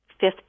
fifth